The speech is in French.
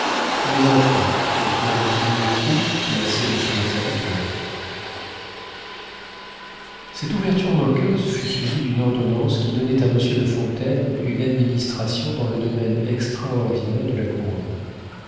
mais enfin nous saurons toujours où placer nos fidèles serviteurs cette ouverture moqueuse fut suivie d'une ordonnance qui donnait à monsieur de fontaine une administration dans le domaine extraordinaire de la couronne